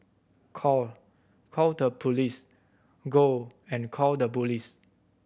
call call the police go and call the police